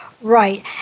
Right